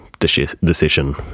Decision